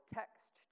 text